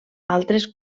altres